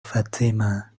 fatima